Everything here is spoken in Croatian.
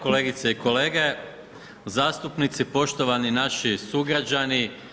Kolegice i kolege zastupnici, poštovani naši sugrađani.